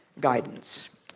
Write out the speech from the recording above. guidance